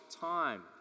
time